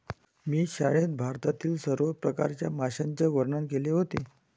मी शाळेत भारतातील सर्व प्रकारच्या माशांचे वर्णन केले होते